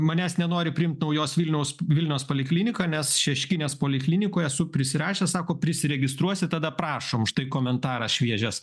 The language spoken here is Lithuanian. manęs nenori priimt naujos vilniaus vilnios poliklinika nes šeškinės poliklinikoj esu prisirašęs sako prisiregistruosi tada prašom štai komentaras šviežias